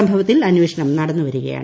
സംഭവത്തിൽ അന്വേഷണം നടന്നുവരികയാണ്